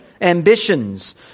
Ambitions